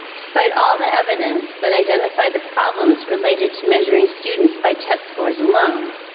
despite all the evidence that identify the problems related to measuring students by test scores alone,